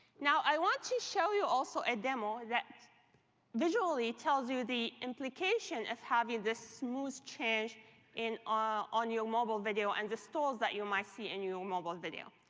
now i want to show you, also, a demo that visually tells you the implication of having this smooth change on your mobile video, and the stalls that you might see in your mobile video.